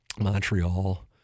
Montreal